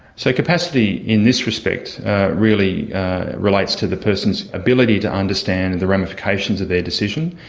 so capacity in this respect really relates to the person's ability to understand and the ramifications of their decision,